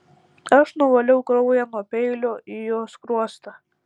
aš nuvaliau kraują nuo peilio į jo skruostą